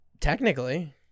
Technically